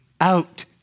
out